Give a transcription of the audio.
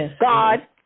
God